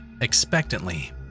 expectantly